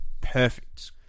perfect